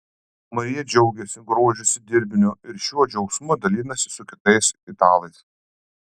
marija džiaugiasi grožisi dirbiniu ir šiuo džiaugsmu dalinasi su kitais italais